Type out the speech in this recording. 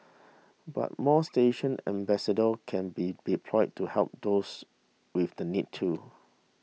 but more station ambassadors can be deployed to help those with the need too